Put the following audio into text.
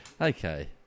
Okay